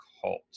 cult